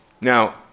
Now